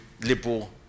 liberal